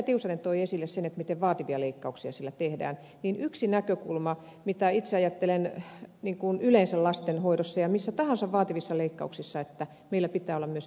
tiusanen toi esille sen miten vaativia leikkauksia siellä tehdään niin yksi näkökulma mitä itse ajattelen yleensä lasten hoidossa ja missä tahansa vaativissa leikkauksissa on se että meillä pitää olla myös tehohoitovalmius